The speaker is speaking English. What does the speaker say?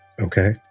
Okay